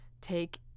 Take